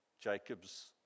Jacob's